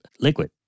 liquid